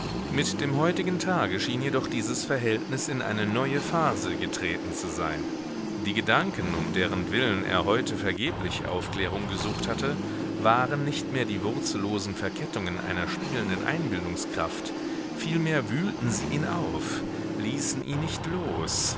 mit dem heutigen tage schien jedoch dieses verhältnis in eine neue phase getreten zu sein die gedanken um derentwillen er heute vergeblich aufklärung gesucht hatte waren nicht mehr die wurzellosen verkettungen einer spielenden einbildungskraft vielmehr wühlten sie ihn auf ließen ihn nicht los